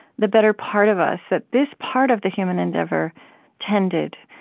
the better part of us that this part of the human endeavor tended,